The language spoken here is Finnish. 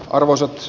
arvoisat